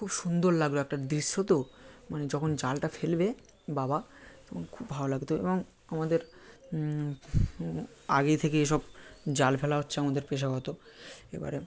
খুব সুন্দর লাগলো একটা দৃশ্য তো মানে যখন জালটা ফেলবে বাবা তখন খুব ভালো লাগতো এবং আমাদের আগেই থেকে সব জাল ফেলা হচ্ছে আমাদের পেশাগত এবারে